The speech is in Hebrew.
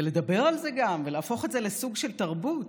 ולדבר על זה גם ולהפוך את זה לסוג של תרבות,